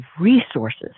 resources